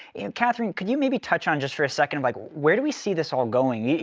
and catherine, could you maybe touch on just for a second, like where do we see this all going?